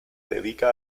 dedica